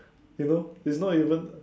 you know it's not even